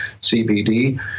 CBD